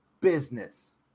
business